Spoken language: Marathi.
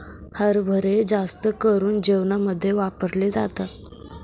हरभरे जास्त करून जेवणामध्ये वापरले जातात